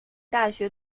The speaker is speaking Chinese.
大学